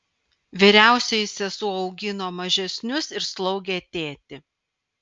vyriausioji sesuo augino mažesnius ir slaugė tėtį